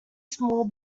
small